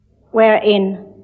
wherein